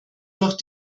durch